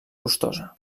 costosa